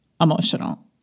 emotional